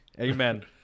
amen